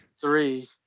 three